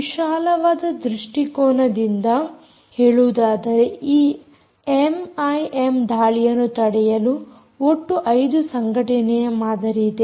ವಿಶಾಲವಾದ ದೃಷ್ಟಿಕೋನದಿಂದ ಹೇಳುವುದಾದರೆ ಈ ಎಮ್ಐಎಮ್ದಾಳಿಯನ್ನು ತಡೆಯಲು ಒಟ್ಟು 5 ಸಂಘಟನೆಯ ಮಾದರಿಯಿದೆ